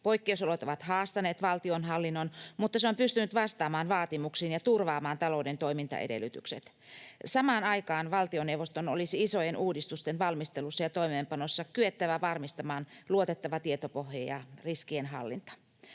”Poikkeusolot ovat haastaneet valtionhallinnon, mutta se on pystynyt vastaamaan vaatimuksiin ja turvaamaan talouden toimintaedellytykset. Samaan aikaan valtioneuvoston olisi isojen uudistusten valmistelussa ja toimeenpanossa kyettävä varmistamaan luotettava tietopohja ja riskienhallinta.”